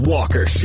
Walker